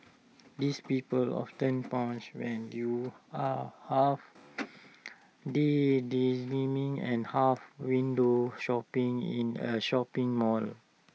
these people often pounce when you're half daydreaming and half window shopping in A shopping mall